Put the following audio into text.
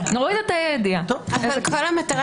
לא המשטרה